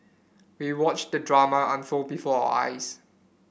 we watched the drama unfold before our eyes